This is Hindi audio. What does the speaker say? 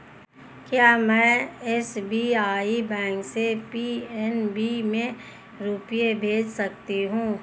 क्या में एस.बी.आई बैंक से पी.एन.बी में रुपये भेज सकती हूँ?